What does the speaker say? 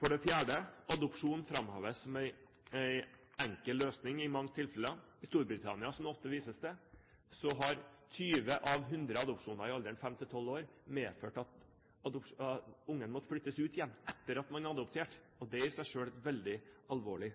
For det fjerde: Adopsjon framheves som en enkel løsning i mange tilfeller. I Storbritannia, som det ofte vises til, har 20 av 100 adopsjoner av barn i alderen 5–12 år medført at barnet måtte flyttes ut igjen etter at det var adoptert, og det er i seg selv veldig alvorlig.